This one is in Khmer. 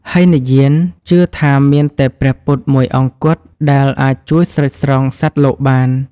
ហីនយានជឿថាមានតែព្រះពុទ្ធមួយអង្គគត់ដែលអាចជួយស្រោចស្រង់សត្វលោកបាន។